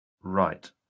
Right